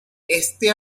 este